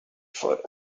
for